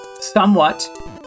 somewhat